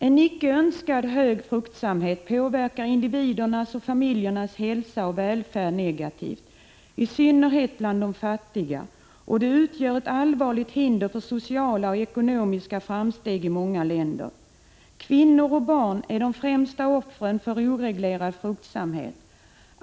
En icke önskad hög fruktsamhet påverkar individernas och familjernas hälsa och välfärd negativt, i synnerhet bland de fattiga, och utgör ett allvarligt hinder för sociala och ekonomiska framsteg i många länder. Kvinnor och barn är de främsta offren för oreglerad fruktsamhet.